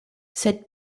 sed